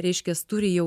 reiškias turi jau